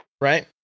right